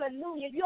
hallelujah